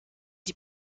die